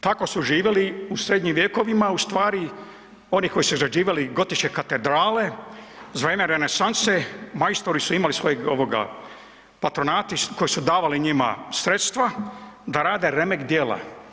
Tako su živjeli u srednjim vjekovima, u stvari oni koji su izrađivali gotičke katedrale za vrijeme renesanse, majstori su imali svojeg, ovog, patronati koji su davali njima sredstva da rade remek djela.